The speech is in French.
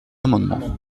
amendement